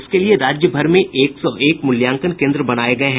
इसके लिए राज्यभर में एक सौ एक मूल्यांकन केन्द्र बनाये गये हैं